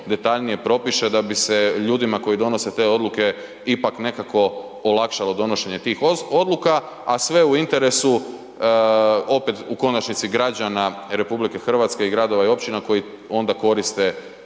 detaljnije propiše da bi se ljudima koji donose te odluke ipak nekako olakšalo donošenje tih odluka, a sve u interesu opet u konačnici građana RH i gradova i općina koji onda koriste